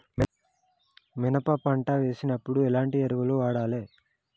మినప పంట వేసినప్పుడు ఎలాంటి ఎరువులు వాడాలి?